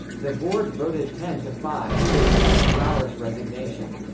the board voted ten to five to accept brower's resignation.